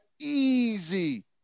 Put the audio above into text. easy